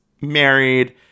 married